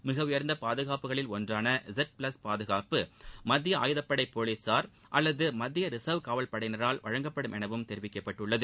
மிக உயர்ந்த பாதகாப்புகளில் ஒன்றான இசுட் பிளஸ் பாதகாப்பு மத்திய அயுதப்படை போலீசார் அல்லது மத்திய ரிசர்வ் காவல் படையினரால் வழங்கப்படும் எனவும் தெரிவிக்கப்பட்டுள்ளது